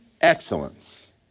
excellence